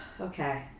Okay